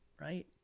right